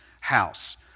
house